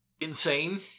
insane